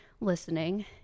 listening